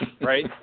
right